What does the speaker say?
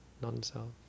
non-self